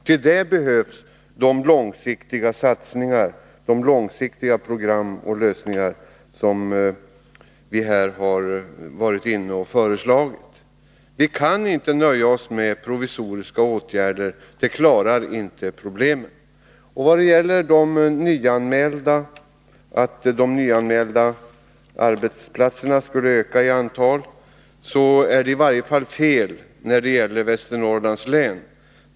Till det behövs det långsiktiga satsningar, långsiktiga program och lösningar, sådana som vi har föreslagit och varit inne på här i debatten. Vi kan inte nöja oss med provisoriska åtgärder, som inte klarar problemen. Att de nyanmälda arbetsplatserna skulle öka i antal är fel, i varje fall när det gäller Västernorrlands län.